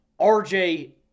rj